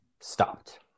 stopped